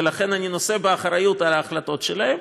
ולכן אני נושא באחריות להחלטות שלהם,